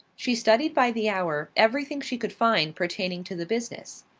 she studied by the hour everything she could find pertaining to the business.